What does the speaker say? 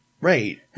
Right